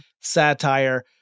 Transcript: satire